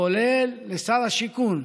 כולל לשר השיכון,